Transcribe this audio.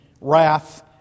wrath